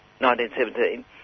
1917